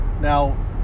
Now